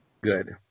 Good